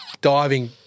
diving